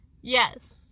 Yes